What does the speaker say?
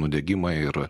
nudegimai ir